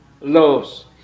laws